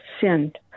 sinned